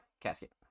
Casket